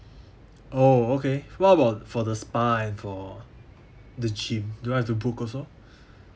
oh okay what about for the spa and for the gym do I have to book also